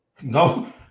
No